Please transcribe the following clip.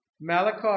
Malachi